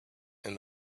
and